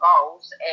goals